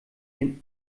den